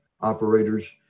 operators